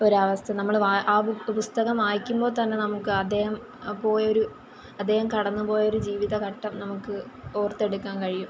ഒരവസ്ഥ നമ്മൾ ആ പുസ്തകം വായിക്കുമ്പോൾ തന്നെ നമുക്ക് അദ്ദേഹം പോയൊരു അദ്ദേഹം കടന്നുപോയൊരു ജീവിതഘട്ടം നമുക്ക് ഓർത്തെടുക്കാൻ കഴിയും